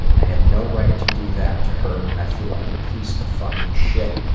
i had no right to do that to her, and i feel like a piece of fucking shit.